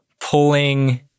pulling